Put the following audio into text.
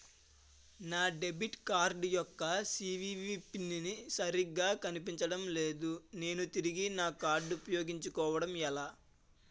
నా debit card యెక్క CVV PIN సరిగా కనిపించడం లేదు నేను తిరిగి నా కార్డ్ఉ పయోగించుకోవడం ఎలా?